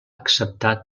acceptar